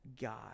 God